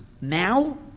now